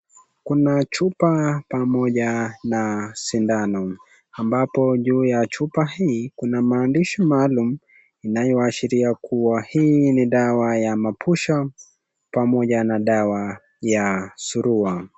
Kuna chupa pamoja na sindano ambapo juu ya chupa hii kuna maandishi maalum inayoashiria kuwa hii ni dawa ya mapusha pamoja na dawa ya suruwa.